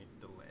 delay